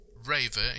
Raver